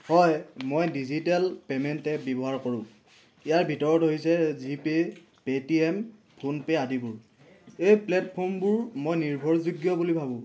হয় মই digital payment app ব্যৱহাৰ কৰোঁ ইয়াৰ ভিতৰত হৈছে জিপে' পে'টিএম ফোনপে' আদিবোৰ এই প্লেটফৰ্মবোৰ মই নিৰ্ভৰযোগ্য বুলি ভাবোঁ